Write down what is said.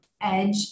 edge